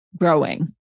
growing